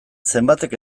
zenbatek